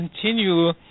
continue